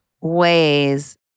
ways